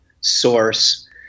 source